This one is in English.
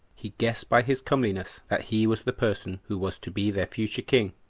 he guessed by his comeliness that he was the person who was to be their future king.